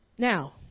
Now